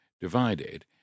divided